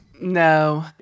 No